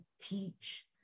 teach